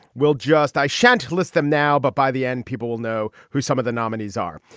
we'll just i shantou list them now. but by the end, people will know who some of the nominees are.